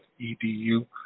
EDU